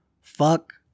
Fuck